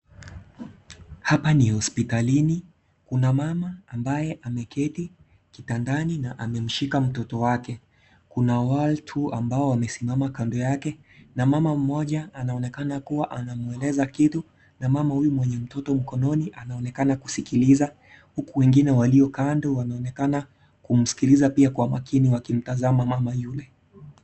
Hapa ni hospitalini, kuna mama ambaye ameketi kitandani na amemshika mtoto wake. Kuna watu ambao wamesimama kando yake na mama mmoja anaonekana kuwa anamwelezea kitu, na mama huyu mwenye mtoto mkononi anaonekana kusikiliza huku wengine walio kando wanaoneka kumsikiliza pia kwa makini wakimtazama mama yule.